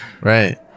Right